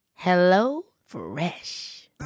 HelloFresh